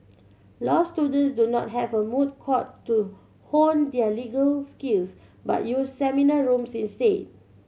law students do not have a moot court to hone their legal skills but use seminar rooms instead